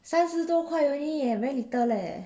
三十多块 only eh a very little leh